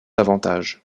avantages